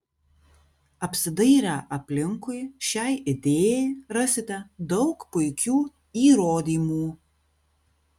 apsidairę aplinkui šiai idėjai rasite daug puikių įrodymų